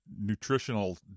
nutritional